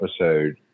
episode